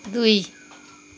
दुई